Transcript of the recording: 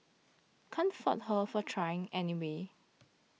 can't fault her for trying anyway